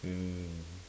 mm